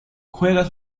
juega